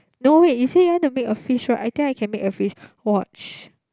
no way you said you want to make a fish right I think I can make a fish watch